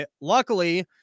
luckily